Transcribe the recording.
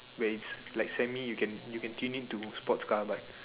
when it's like semi you can you can change it to sports car but